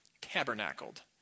tabernacled